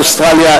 באוסטרליה,